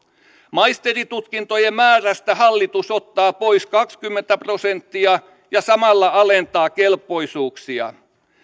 maisterintutkintojen määrästä hallitus ottaa pois kaksikymmentä prosenttia ja samalla alentaa kelpoisuuksia